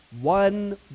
one